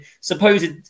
supposed